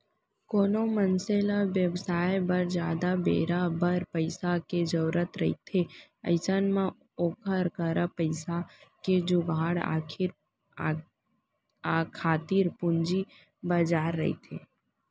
कोनो मनसे ल बेवसाय बर जादा बेरा बर पइसा के जरुरत रहिथे अइसन म ओखर करा पइसा के जुगाड़ खातिर पूंजी बजार रहिथे